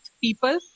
people